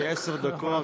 שיהיה עשר דקות.